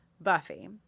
Buffy